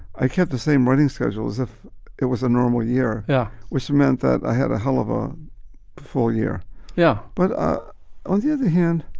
i kept the same running schedule as if it was a normal year, yeah which meant that i had a hell of a full year yeah, but ah on the other hand,